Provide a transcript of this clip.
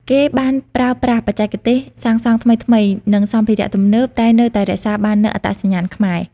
គេបានប្រើប្រាស់បច្ចេកទេសសាងសង់ថ្មីៗ និងសម្ភារៈទំនើប តែនៅតែរក្សាបាននូវអត្តសញ្ញាណខ្មែរ។